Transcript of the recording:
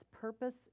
purpose